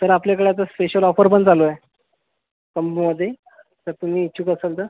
sir आपल्याकडे आता special offer पण चालू आहे कॉम्बोमध्ये तर तुम्ही इच्छुक असाल तर